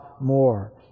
more